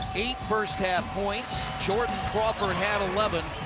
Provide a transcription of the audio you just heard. eight first half points. jordan crawford had eleven,